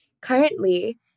Currently